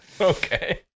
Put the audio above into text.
Okay